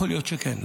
יכול להיות שכן.